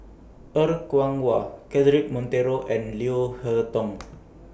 Er Kwong Wah Cedric Monteiro and Leo Hee Tong